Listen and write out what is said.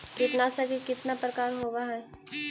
कीटनाशक के कितना प्रकार होव हइ?